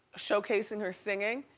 showcasing her singing.